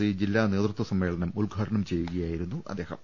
C ജില്ലാ നേതൃത്വ സമ്മേളനം ഉദ്ഘാടനം ചെയ്യുകയായിരുന്നു അദ്ദേഹം